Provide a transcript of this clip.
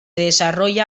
desarrolla